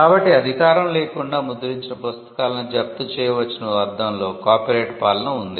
కాబట్టి అధికారం లేకుండా ముద్రించిన పుస్తకాలను జప్తు చేయవచ్చనే అర్థంలో కాపీరైట్ పాలన వుంది